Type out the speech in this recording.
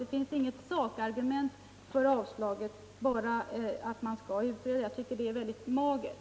Det finns inget sakargument för avstyrkandet, bara ett påpekande att man skall utreda. Jag tycker det är väldigt magert.